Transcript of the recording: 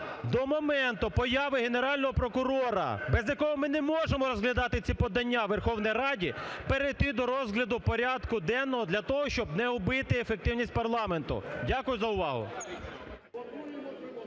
до моменту появи Генерального прокурора, без якого ми не можемо розглядати ці подання у Верховній Раді перейти до розгляду порядку денного для того, щоб не убити ефективність парламенту. Дякую за увагу.